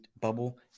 bubble